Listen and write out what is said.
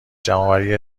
جمعآوری